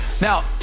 now